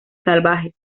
salvajes